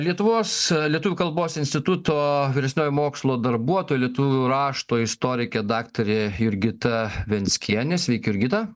lietuvos lietuvių kalbos instituto vyresnioji mokslo darbuotoja lietuvių rašto istorikė daktarė jurgita venckienė sveiki jurgita